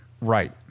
Right